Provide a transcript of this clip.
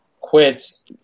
quits